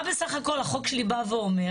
מה בסך הכל החוק שלי בא ואומר?